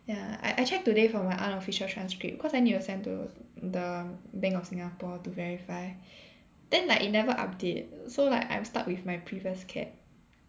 ya I I check today for my unofficial transcript cause I need to send to the bank of Singapore to verify then like it never update so like I'm stuck with my previous CAP